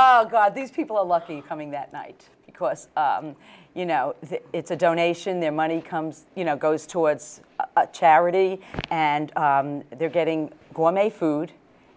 not god these people are lucky coming that night because you know it's a donation their money comes you know goes towards charity and they're getting food